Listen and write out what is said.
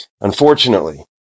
Unfortunately